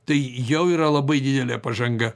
tai jau yra labai didelė pažanga